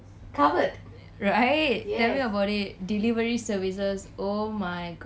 right tell me about it delivery services oh my god